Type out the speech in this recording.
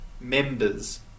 members